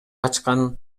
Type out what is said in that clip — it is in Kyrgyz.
ачкан